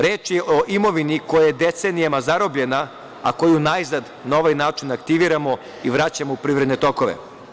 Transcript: Reč je o imovini koja je decenijama zarobljena a koju najzad na ovaj način aktiviramo i vraćamo u privredne tokove.